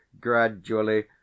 Gradually